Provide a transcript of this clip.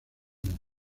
limón